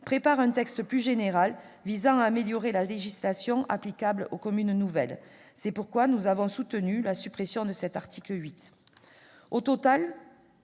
prépare un texte plus général visant à améliorer la législation applicable aux communes nouvelles. C'est pourquoi nous avons soutenu la suppression de cet article 8.